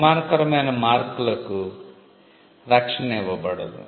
అవమానకరమైన మార్కులకు రక్షణ ఇవ్వబడదు